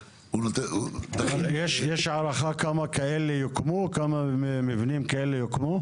יש הערכה כמה מבנים כאלה יוקמו?